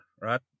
right